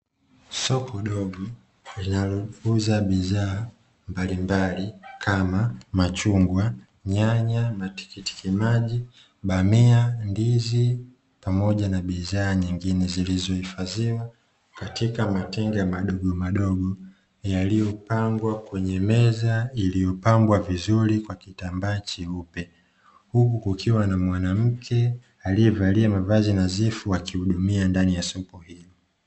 Soko dogo linalouuza bidhaa mbalimbali kama machungwa, nyanya, matikitimaji, bamia ,ndizi pamoja na biadhaa nyingine zilizohifadhiwa katika matenga madogo madogo yaliyopangwa kwenye meza iliyopambwa vizuri kwa kitambaa cheupe huku kukiwa na mwanamke aliyevalia mavazi nadhifu wakihudumia ndani ya soko hilo.